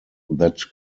that